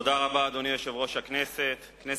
אדוני יושב-ראש הכנסת, תודה רבה.